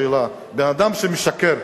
שאלה: בן-אדם שמשקר,